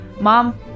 Mom